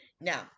Now